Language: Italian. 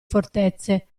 fortezze